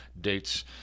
dates